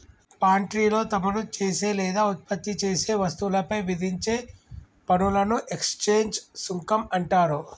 పాన్ట్రీలో తమరు చేసే లేదా ఉత్పత్తి చేసే వస్తువులపై విధించే పనులను ఎక్స్చేంజ్ సుంకం అంటారు